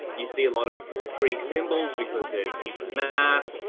you see lot of greek symbols because there's heaps of math.